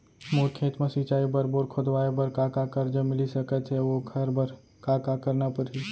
मोर खेत म सिंचाई बर बोर खोदवाये बर का का करजा मिलिस सकत हे अऊ ओखर बर का का करना परही?